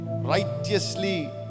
Righteously